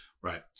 Right